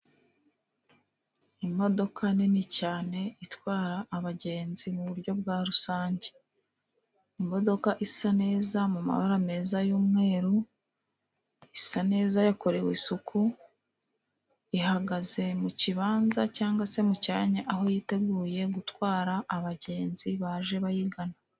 Imodoka nini cyane itwara abagenzi mu buryo bwa rusange. Imodoka isa neza mu mabara meza y'umweru. Isa neza yakorewe isuku, ihagaze mu kibanza cyangwa se mu cyanyq aho yiteguye gutwara abagenzi baje bayigana.